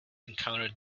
encounter